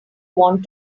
want